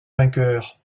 vainqueur